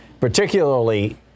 particularly